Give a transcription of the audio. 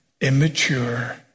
immature